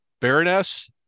Baroness